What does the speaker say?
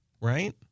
Right